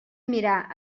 mirar